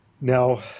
Now